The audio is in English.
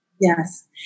Yes